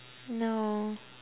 no